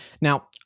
Now